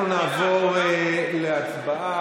אנחנו נעבור להצבעה.